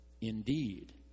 indeed